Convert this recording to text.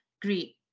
Great